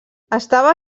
estava